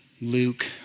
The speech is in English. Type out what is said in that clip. Luke